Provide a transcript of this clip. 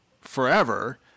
forever